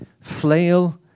flail